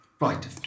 Right